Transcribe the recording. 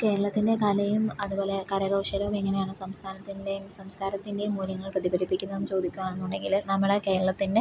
കേരളത്തിൻ്റെ കലയും അതുപോലെ കരകൗശലവുമെങ്ങനെയാണ് സംസ്ഥാനത്തിന്റേയും സംസ്കാരത്തിന്റേയും മൂല്യങ്ങൾ പ്രതിഫലിപ്പിക്കുന്നതെന്ന് ചോദിക്കുകയാണെന്നുണ്ടെങ്കിൽ നമ്മളെ കേരളത്തിൻ്റെ